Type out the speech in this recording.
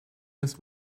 his